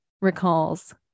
recalls